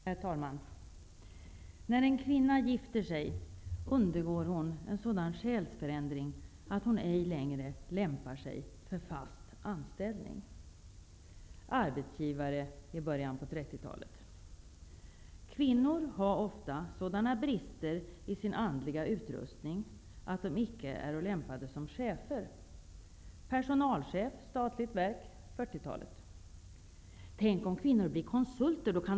Herr talman! ''När en kvinna gifter sig undergår hon en sådan själsförändring att hon ej längre lämpar sig för fast anställning'' -- uttalat av arbetsgivare i början av 30-talet. ''Kvinnor ha ofta sådana brister i sin andliga utrustning att de icke äro lämpade som chefer'' ''Tänk om kvinnor blir konsulter -- då kan de ju komma att tjäna mer än männen'' -- uttalat av företagschef i Veckans Affärer förra året.